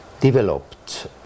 developed